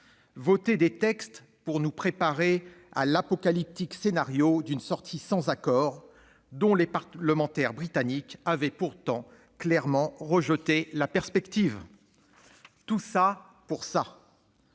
voter des textes pour nous préparer à l'apocalyptique scénario d'une sortie sans accord dont les parlementaires britanniques avaient pourtant clairement rejeté la perspective. Tout ça pour ça